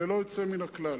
ללא יוצא מהכלל.